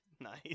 nice